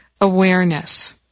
awareness